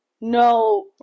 No